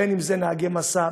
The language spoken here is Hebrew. בין שזה נהגי משא,